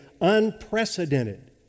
unprecedented